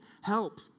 help